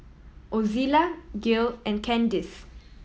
Ozella Gail and Candis